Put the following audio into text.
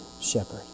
shepherd